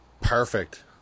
Perfect